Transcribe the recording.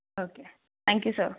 okay thank you sir